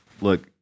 look